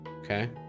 Okay